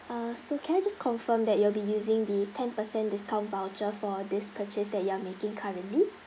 uh so can I just confirm that you'll be using the ten percent discount voucher for this purchase that you are making currently